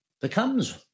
becomes